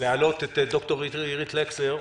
להעלות את דוקטור איריס לקסר,